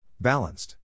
Balanced